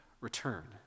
return